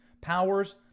powers